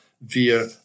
via